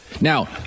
Now